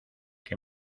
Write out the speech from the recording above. que